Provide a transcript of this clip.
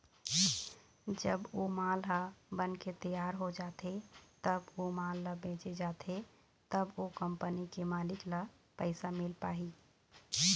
जब ओ माल ह बनके तियार हो जाथे तब ओ माल ल बेंचे जाथे तब तो कंपनी के मालिक ल पइसा मिल पाही